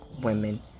women